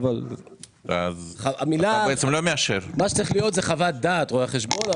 אבל המילה מה שצריך זה חוות דעת רואה החשבון.